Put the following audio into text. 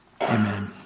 Amen